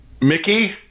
Mickey